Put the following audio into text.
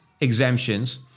exemptions